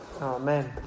Amen